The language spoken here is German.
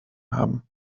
haben